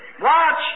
Watch